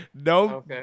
no